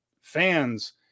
fans